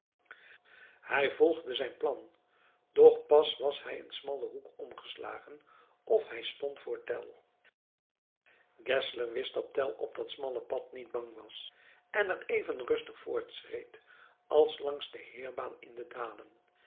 hij volgde zijn plan doch pas was hij een smallen hoek omgeslagen of hij stond voor tell geszler wist dat tell op dat smalle pad niet bang was en er even rustig voortschreed als langs de heerbaan in de dalen